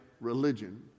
religion